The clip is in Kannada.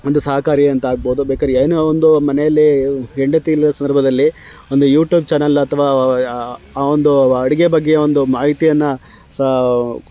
ಒಂದು ಸಹಕಾರಿ ಅಂತಾಗ್ಬೋದು ಬೇಕಾದ್ರ್ ಏನೋ ಒಂದು ಮನೇಲಿ ಹೆಂಡತಿ ಇಲ್ಲದ ಸಂದರ್ಭದಲ್ಲಿ ಒಂದು ಯೂಟೂಬ್ ಚಾನಲ್ ಅಥ್ವಾ ಆ ಒಂದು ಅಡುಗೆ ಬಗ್ಗೆಒಂದು ಮಾಹಿತಿಯನ್ನು ಸಹ